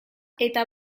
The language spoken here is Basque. eta